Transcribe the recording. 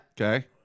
Okay